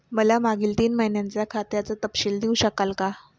मला मागील तीन महिन्यांचा खात्याचा तपशील देऊ शकाल का?